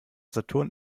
saturn